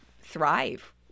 thrive